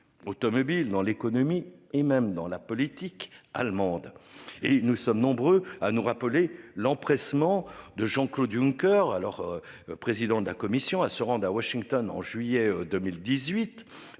automobile dans l'économie et même dans la politique allemande et nous sommes nombreux à nous rappeler l'empressement de Jean-Claude Juncker, alors président de la Commission à se rendre à Washington en juillet 2018